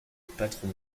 patron